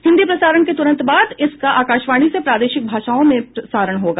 हिन्दी प्रसारण के तुरंत बाद इसका आकाशवाणी से प्रादेशिक भाषाओं में प्रसारण होगा